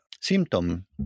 symptom